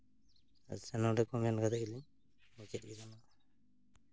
ᱟᱪᱪᱷᱟ ᱱᱤᱭᱟᱹ ᱴᱩᱠᱩᱢᱮᱱ ᱠᱟᱛᱮ ᱜᱮᱞᱤᱧ ᱢᱩᱪᱟᱹᱫ ᱠᱮᱫᱟ ᱢᱟ